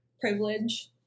Privilege